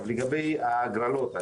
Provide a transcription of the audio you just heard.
לגבי ההגרלות,